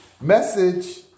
message